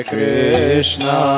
Krishna